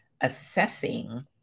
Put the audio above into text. assessing